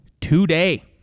today